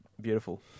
beautiful